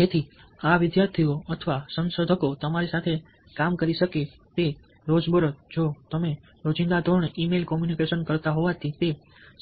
જેથી આ વિદ્યાર્થીઓ અથવા સંશોધકો તમારી સાથે કામ કરી શકે તે રોજબરોજ જો તમે રોજિંદા ધોરણે ઈ મેલ કમ્યુનિકેશન કરતા હોવાથી તે